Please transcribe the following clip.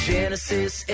Genesis